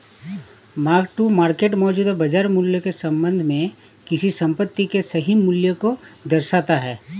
mark to market मौजूदा बाजार मूल्य के संबंध में किसी संपत्ति के सही मूल्य को दर्शाता है